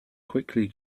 quickly